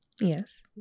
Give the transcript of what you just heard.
Yes